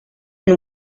and